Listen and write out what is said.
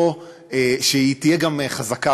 או שהיא תהיה גם חזקה.